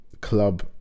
club